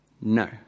No